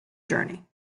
journey